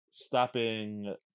Stopping